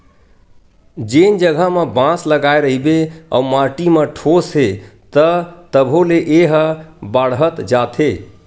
जेन जघा म बांस लगाए रहिबे अउ माटी म ठोस हे त तभो ले ए ह बाड़हत जाथे